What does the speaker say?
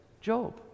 Job